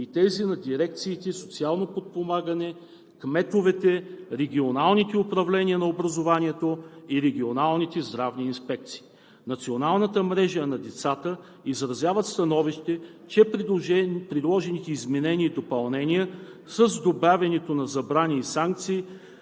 и тези на дирекциите „Социално подпомагане“, кметовете, регионалните управления на образованието и регионалните здравни инспекции. Националната мрежа на децата изразяват становище, че предложените изменения и допълнения, с добавянето на забрани и санкции,